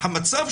כמו פה,